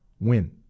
win